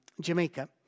Jamaica